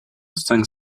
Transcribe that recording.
cinq